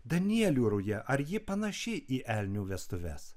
danielių ruja ar ji panaši į elnių vestuves